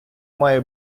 має